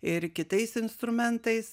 ir kitais instrumentais